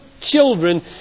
children